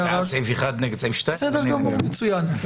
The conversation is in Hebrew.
אני בעד סעיף 1, נגד סעיף 2. בסדר גמור, מצוין.